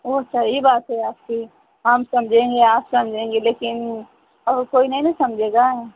वो सही बात है आपकी हम समझेंगे आप समझेंगी लेकिन और कोई नहीं ना समझेगा